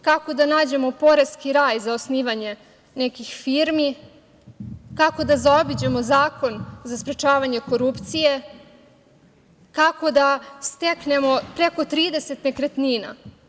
Kako da nađemo poreski raj za osnivanje nekih firmi, kako da zaobiđemo zakon za sprečavanje korupcije, kako da steknemo preko 30 nekretnina.